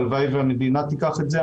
הלוואי שהמדינה תיקח את זה.